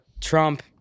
Trump